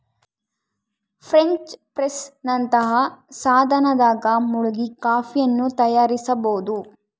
French press ನಂತಹ ಸಾಧನದಾಗ ಮುಳುಗಿ ಕಾಫಿಯನ್ನು ತಯಾರಿಸಬೋದು